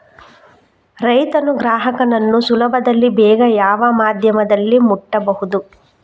ರೈತನು ಗ್ರಾಹಕನನ್ನು ಸುಲಭದಲ್ಲಿ ಬೇಗ ಯಾವ ಮಾಧ್ಯಮದಲ್ಲಿ ಮುಟ್ಟಬಹುದು?